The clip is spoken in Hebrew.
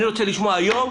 אני רוצה לשמוע היום,